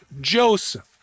Joseph